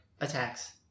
attacks